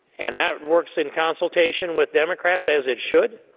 and that works in consultation with democrats, as it should,